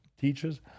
teaches